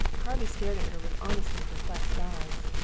harvey stared at her with honestly perplexed eyes.